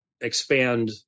expand